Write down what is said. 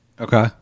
Okay